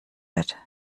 wird